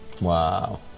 Wow